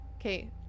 Okay